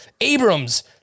Abrams